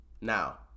Now